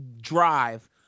drive